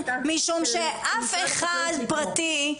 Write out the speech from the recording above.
משום שאף אחד פרטי,